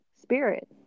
spirit